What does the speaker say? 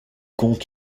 comptent